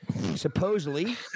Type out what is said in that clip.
Supposedly